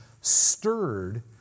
stirred